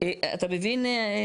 אתה מבין?